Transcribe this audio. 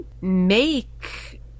make